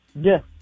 Yes